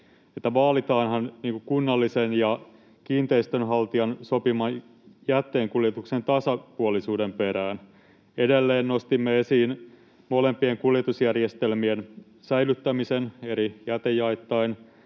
vaalitaanhan kunnallisen ja kiinteistönhaltijan sopiman jätteenkuljetuksen tasapuolisuuden perään. Edelleen nostimme esiin molempien kuljetusjärjestelmien säilyttämisen eri jätejaettain